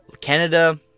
Canada